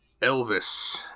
Elvis